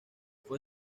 fue